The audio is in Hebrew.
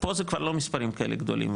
פה זה כבר לא מספרים כאלה גדולים,